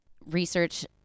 research